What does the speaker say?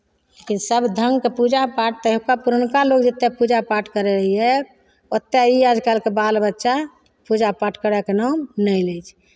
लेकिन सभ ढङ्गके पूजा पाठ तहियुका पुरनका लोक जतेक पूजा पाठ करैत रहियै ओतेक ई आजकलके बाल बच्चा पूजा पाठ करयके नाम नहि लै छै